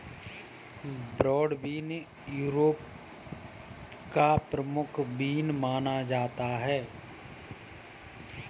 broad bean Europe का प्रमुख bean माना जाता है